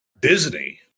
Disney